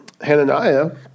Hananiah